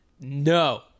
No